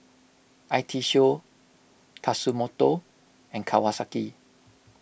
I T Show Tatsumoto and Kawasaki